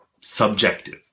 subjective